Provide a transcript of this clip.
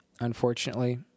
unfortunately